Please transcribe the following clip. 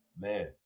Man